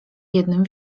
jednym